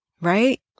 right